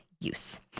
use